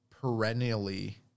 perennially